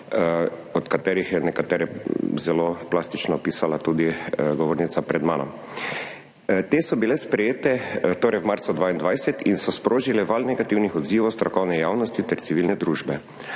od katerih je nekatere zelo plastično opisala tudi govornica pred mano. Te so bile sprejete torej v marcu 2022 in so sprožile val negativnih odzivov strokovne javnosti ter civilne družbe.